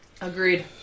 Agreed